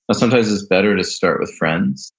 sometimes it's better to start with friends,